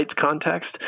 context